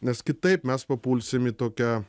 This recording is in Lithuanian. nes kitaip mes papulsim į tokią